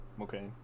Okay